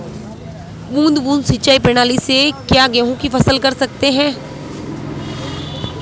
बूंद बूंद सिंचाई प्रणाली से क्या गेहूँ की फसल कर सकते हैं?